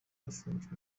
bafungiwe